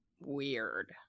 weird